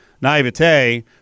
naivete